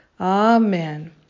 Amen